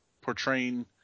portraying